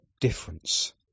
difference